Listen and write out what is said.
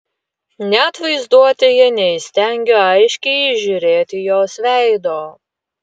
net vaizduotėje neįstengiu aiškiai įžiūrėti jos veido